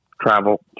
travel